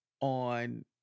on